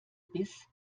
biss